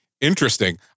Interesting